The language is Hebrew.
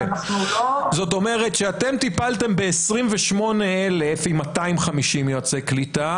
זאת אומרת שאתם טיפלתם ב-28,000 עם 250 יועצי קליטה.